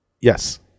Yes